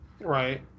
Right